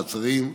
מעצרים)